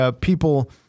people